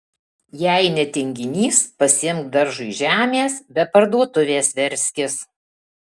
jei ne tinginys pasiimk daržui žemės be parduotuvės verskis